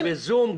אני בזום,